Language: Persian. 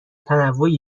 تنوعی